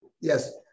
Yes